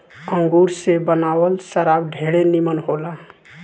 अंगूर से बनावल शराब ढेरे निमन होला